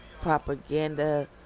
propaganda